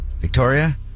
Victoria